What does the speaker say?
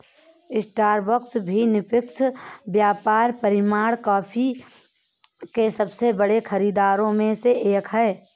Starbucks भी निष्पक्ष व्यापार प्रमाणित कॉफी के सबसे बड़े खरीदारों में से एक है